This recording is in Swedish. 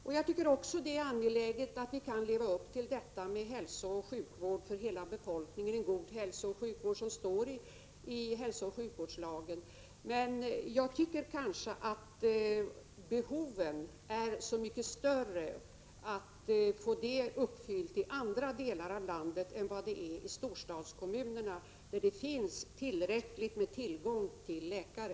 Det är också angeläget att vi kan leva upp till detta med en god hälsooch sjukvård för hela befolkningen, som det står i hälsooch sjukvårdslagen. Jag tycker emellertid att det är viktigare att fylla de mycket större behoven i andra delar av landet än i storstadskommunerna, där det finns tillräckligt med läkare.